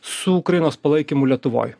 su ukrainos palaikymu lietuvoj